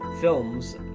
films